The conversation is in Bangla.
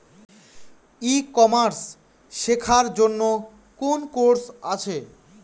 ই কমার্স শেক্ষার জন্য কোন কোর্স আছে?